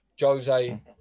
Jose